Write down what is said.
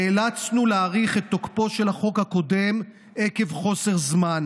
נאלצנו להאריך את תוקפו של החוק הקודם עקב חוסר זמן,